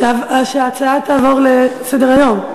שההצעה תעבור לסדר-היום?